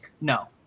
No